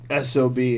SOB